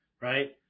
right